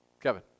Kevin